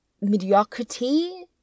mediocrity